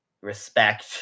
respect